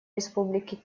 республики